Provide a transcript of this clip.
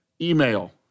email